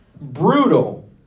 brutal